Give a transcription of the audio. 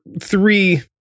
three